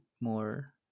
more